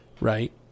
Right